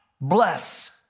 Bless